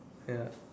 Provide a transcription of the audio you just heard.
ya